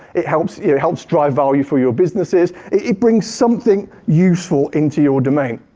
it helps it helps drive value for your businesses. it brings something useful into your domain.